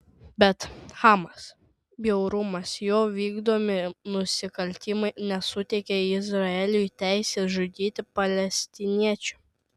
bet hamas bjaurumas jo vykdomi nusikaltimai nesuteikia izraeliui teisės žudyti palestiniečių